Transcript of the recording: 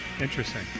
Interesting